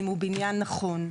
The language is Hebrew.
אם הוא בניין נכון.